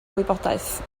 wybodaeth